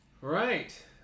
Right